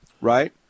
Right